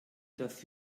dass